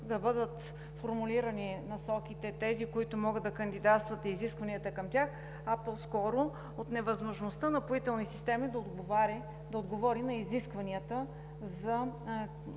да бъдат формулирани насоките – тези, които могат да кандидатстват и изискванията към тях, а по-скоро от невъзможността Напоителни системи да отговори на изискванията за